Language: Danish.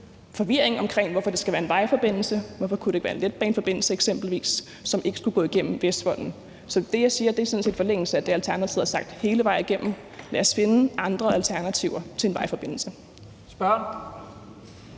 forvirring omkring, at det skal være en vejforbindelse, og at det eksempelvis ikke kunne være en letbaneforbindelse, som ikke skulle gå igennem Vestvolden. Så det, jeg siger, er sådan set i forlængelse af det, Alternativet har sagt hele vejen igennem. Lad os finde andre alternativer til en vejforbindelse.